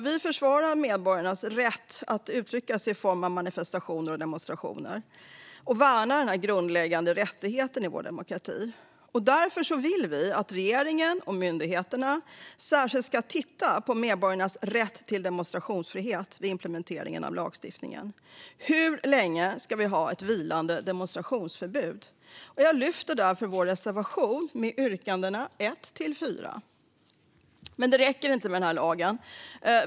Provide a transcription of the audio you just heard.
Vi försvarar medborgarnas rätt att uttrycka sig i form av manifestationer och demonstrationer och värnar denna grundläggande rättighet i vår demokrati. Därför vill vi att regeringen och myndigheterna särskilt ska titta på medborgarnas rätt till demonstrationsfrihet vid implementeringen av lagstiftningen. Hur länge ska vi ha ett vilande demonstrationsförbud? Jag lyfter därmed vår reservation och yrkandena 1-4 i vår motion. Men det räcker inte med den här lagen.